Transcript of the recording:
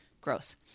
Gross